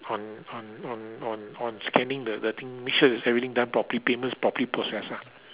on on on on on scanning the the thing make sure that's everything done properly payment's properly processed ah